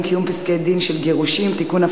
(קיום פסקי-דין של גירושין) (תיקון,